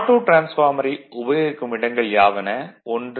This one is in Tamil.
ஆட்டோ டிரான்ஸ்பார்மரை உபயோகிக்கும் இடங்கள் யாவன 1